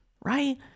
right